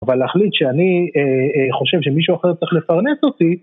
אבל להחליט שאני חושב שמישהו אחר צריך לפרנס אותי.